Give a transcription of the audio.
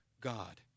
God